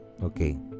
Okay